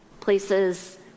places